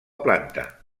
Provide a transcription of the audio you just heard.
planta